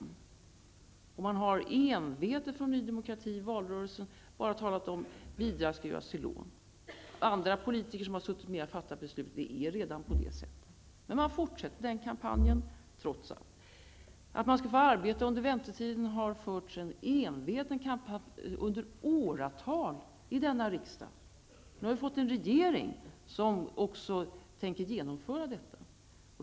Andra politiker har suttit med och fattat beslut som innebär att det redan är på det sättet. Riksdagen har redan omvandlat bidrag till lån. Men Ny Demokrati fortsätter kampanjen, trots allt. Att asylsökande skall få arbeta under väntetiden har det förts en enveten kampanj om under åratal här i riksdagen. Nu har vi fått en regering som också tänker genomföra det kravet.